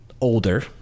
older